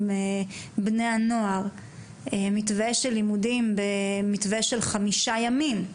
לבני הנוער, מתווה של לימודים בחמישה ימים.